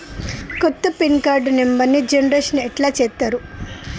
కొత్త pin card నెంబర్ని generation ఎట్లా చేత్తరు?